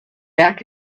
back